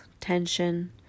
tension